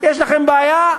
יש לכם בעיה?